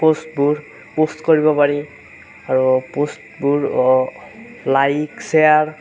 প'ষ্টবোৰ post কৰিব পাৰি আৰু প'ষ্টবোৰ লাইক ছেয়াৰ